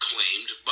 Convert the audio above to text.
Claimed